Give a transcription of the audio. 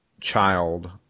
child